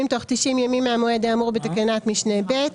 תוך 90 ימים מהמועד האמור בתקנת משנה (ב)".